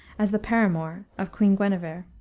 as the paramour of queen guenever.